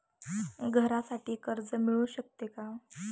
घरासाठी कर्ज मिळू शकते का?